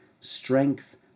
strength